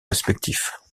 respectifs